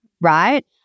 right